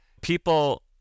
people